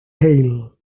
hail